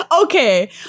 Okay